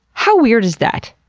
how weird is that?